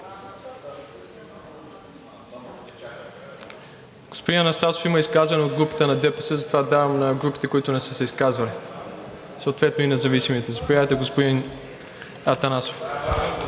Господин Анастасов, има изказване от групата на ДПС, затова давам на групите, които не са се изказвали, съответно и независимите. Заповядайте, господин Атанасов.